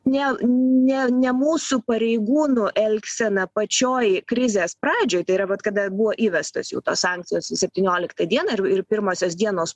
ne ne ne mūsų pareigūnų elgsena pačioj krizės pradžioj tai yra vat kada buvo įvestos jau tos sankcijos septynioliktą dieną ir ir pirmosios dienos